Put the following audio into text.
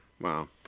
Wow